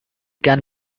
can